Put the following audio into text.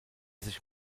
sich